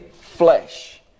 flesh